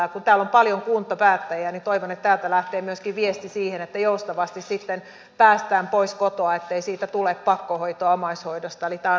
kun täällä on paljon kuntapäättäjiä niin toivon että täältä lähtee myöskin viesti siitä että joustavasti sitten päästään pois kotoa ettei siitä omaishoidosta tule pakkohoitoa